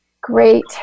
Great